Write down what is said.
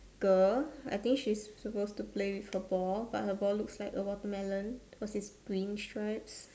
girl I think she's supposed to play football but her ball looks like a watermelon because it's green stripes